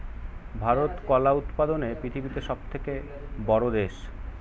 ভারত কলা উৎপাদনে পৃথিবীতে সবথেকে বড়ো দেশ